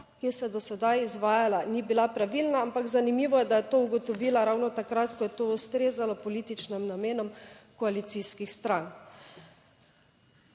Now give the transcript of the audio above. ki se je do sedaj izvajala ni bila pravilna, ampak zanimivo je, da je to ugotovila ravno takrat, ko je to ustrezalo političnim namenom koalicijskih strank.